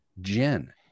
Jen